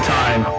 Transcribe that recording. time